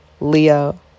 Leo